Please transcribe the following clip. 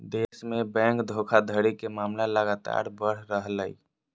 देश में बैंक धोखाधड़ी के मामले लगातार बढ़ रहलय